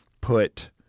put